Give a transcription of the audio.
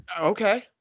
Okay